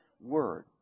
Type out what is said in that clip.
word